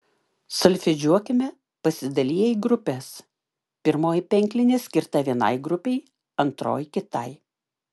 solfedžiuokime pasidaliję į grupes pirmoji penklinė skirta vienai grupei antroji kitai